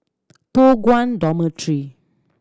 Toh Guan Dormitory